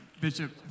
Bishop